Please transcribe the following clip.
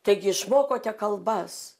taigi išmokote kalbas